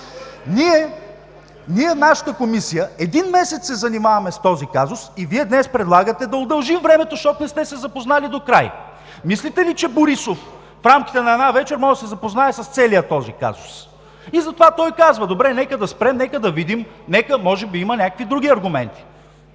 Нашата Комисия, един месец се занимаваме с този казус и Вие днес предлагате да удължим времето, защото не сте се запознали докрай. Мислите ли, че Борисов, в рамките на една вечер, може да се запознае с целия този казус? И затова той казва: „Добре, нека да спрем, нека да видим, може би има някакви други аргументи“.